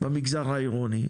במגזר העירוני,